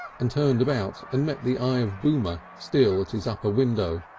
and turned about and met the eye of boomer still at his upper window.